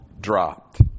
dropped